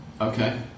Okay